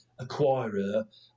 acquirer